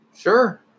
Sure